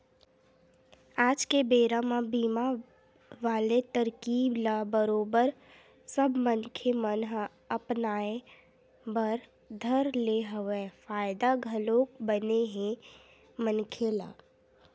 आज के बेरा म बीमा वाले तरकीब ल बरोबर सब मनखे मन ह अपनाय बर धर ले हवय फायदा घलोक बने हे मनखे ल